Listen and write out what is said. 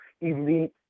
elite